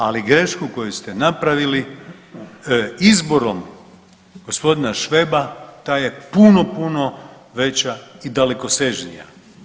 Ali, grešku koju ste napravili izborom g. Šveba, ta je puno, puno veća i dalekosežnija.